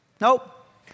Nope